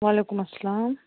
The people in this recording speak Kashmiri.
وعلیکُم السلام